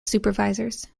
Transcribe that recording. supervisors